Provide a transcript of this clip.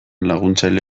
laguntzaile